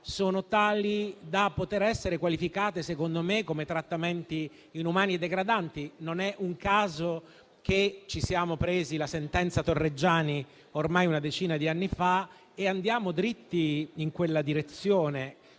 sono tali da poter essere qualificate, secondo me, come trattamenti inumani e degradanti. Non è un caso che l'Italia sia stata condannata con la sentenza Torreggiani, ormai una decina di anni fa, e andiamo dritti in quella direzione.